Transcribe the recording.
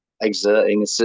exerting